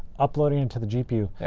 uploading it to the gpu.